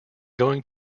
going